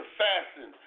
fasten